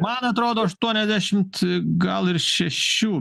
man atrodo aštuoniasdešimt gal ir šešių